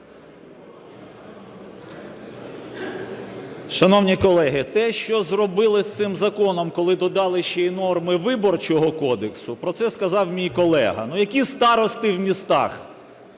Шановні колеги, те, що зробили з цим законом, коли додали ще і норми Виборчого кодексу, про це сказав мій колега. Ну, які старости в містах?